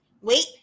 wait